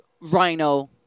Rhino